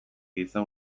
giza